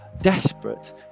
desperate